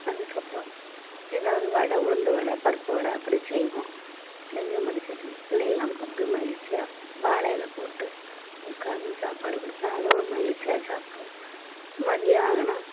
அதுக்கப்பறோம் ஏதாவது வடை உளுந்த வடை பருப்பு வடை அப்படி செய்வோம் செஞ்சு முடிச்சிட்டு பிள்ளைகள்லாம் கூப்பிட்டு மகிழ்ச்சியா வாழை இல போட்டு உட்காந்து சாப்பாடு கொடுப்பேன் அதுகளும் மகிழ்ச்சியா சாப்பிடும் மத்தியானோம்